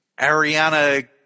Ariana